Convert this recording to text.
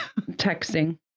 Texting